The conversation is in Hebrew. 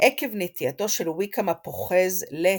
עקב נטייתו של ויקהם הפוחז להימורים.